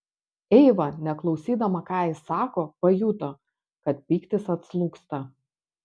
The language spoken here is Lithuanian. eiva neklausydama ką jis sako pajuto kad pyktis atslūgsta